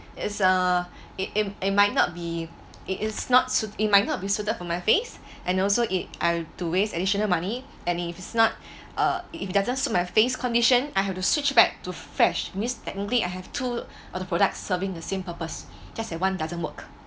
is uh it it it might not be it is not suit it might not be suited for my face and also it I'll to waste additional money and if it's not uh if it doesn't suit my face condition I have to switch back to Fresh means technically I have two other products serving the same purpose just that one doesn't work